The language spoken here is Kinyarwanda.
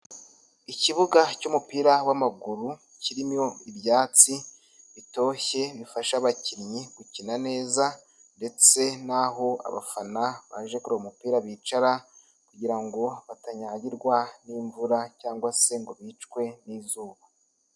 Ikibuga cy'umupira w'amaguru kirimo ibyatsi bitoshye bifasha abakinnyi gukina neza ndetse n'aho abafana baje kureba umupira bicara kugira ngo batanyagirwa n'imvura cyangwa se ngo bicwe n'izuba.